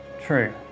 True